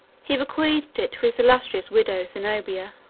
he bequeathed it to his illustrious widow, zenobia.